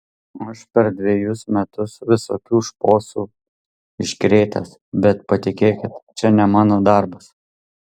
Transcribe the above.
aš per dvejus metus visokių šposų iškrėtęs bet patikėkit čia ne mano darbas